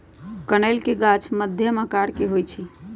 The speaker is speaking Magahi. कनइल के गाछ मध्यम आकर के होइ छइ